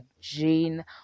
gene